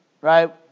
right